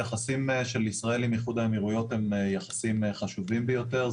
היחסים של ישראל עם איחוד האמירויות הם יחסים חשובים ביותר.